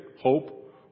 hope